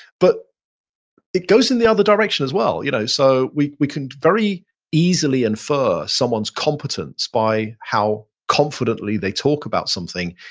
but it goes in the other direction as well. you know so we we can very easily infer someone's competence by how confidently they talk about something,